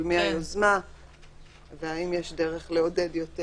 של מי היוזמה והאם יש דרך לעודד יותר,